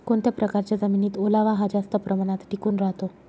कोणत्या प्रकारच्या जमिनीत ओलावा हा जास्त प्रमाणात टिकून राहतो?